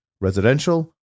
residential